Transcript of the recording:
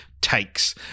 takes